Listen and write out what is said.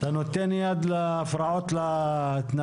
אתה נותן יד להפרעות להתנהלות